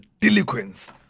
delinquents